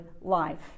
life